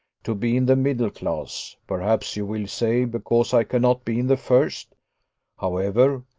to be in the middle class perhaps you will say because i cannot be in the first however,